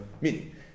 Meaning